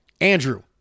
Andrew